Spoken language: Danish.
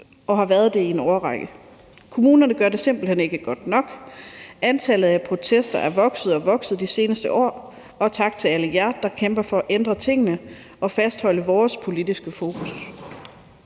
og har været det i en årrække. Kommunerne gør det simpelt hen ikke godt nok. Antallet af protester er vokset og vokset de seneste år, så vi siger tak til alle jer, der kæmper for at ændre tingene og fastholde vores politiske fokus.